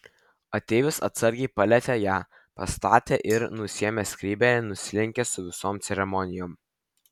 ateivis atsargiai palietė ją pastatė ir nusiėmęs skrybėlę nusilenkė su visom ceremonijom